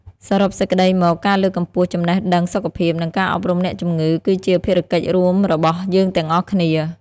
សរុបសេចក្តីមក ការលើកកម្ពស់ចំណេះដឹងសុខភាព និងការអប់រំអ្នកជំងឺគឺជាភារកិច្ចរួមរបស់យើងទាំងអស់គ្នា។